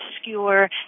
obscure